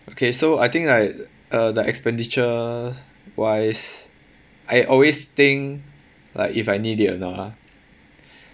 okay so I think like uh like expenditure wise I always think like if I need it or not ah